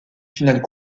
finales